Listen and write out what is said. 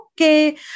okay